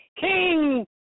King